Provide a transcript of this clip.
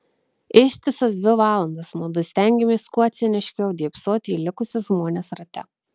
ištisas dvi valandas mudu stengėmės kuo ciniškiau dėbsoti į likusius žmones rate